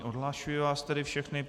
Odhlašuji vás tedy všechny.